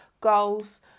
goals